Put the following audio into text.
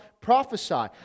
prophesy